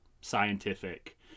scientific